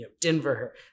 Denver